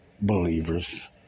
believers